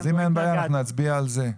אז אם אין בעיה, אנחנו נצביע על זה.